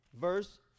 verse